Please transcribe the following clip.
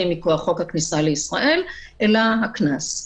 מכוח חוק הכניסה לישראל אלא הטלת קנס.